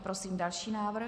Prosím další návrh.